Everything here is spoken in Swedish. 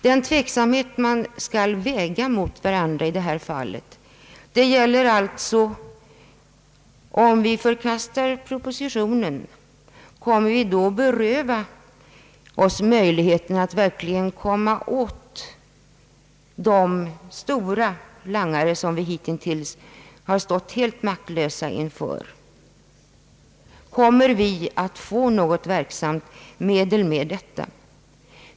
Den tveksamhet man måste känna i detta fall gäller alltså: Om vi förkastar propositionen, berövar vi oss då möjligheten att verkligen komma åt de stora langare som vi hitintills har stått helt maktlösa inför? Kommer vi att få något verksamt medel genom detta?